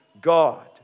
God